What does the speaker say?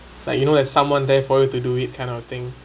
like you know there's someone there for you to do it kind of thing